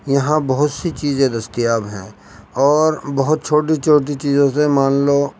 یہاں بہت سی چیزیں دستیاب ہیں اور بہت چھوٹی چھوٹی چیزوں سے مان لو